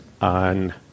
on